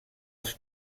els